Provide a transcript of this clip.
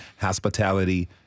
hospitality